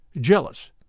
jealous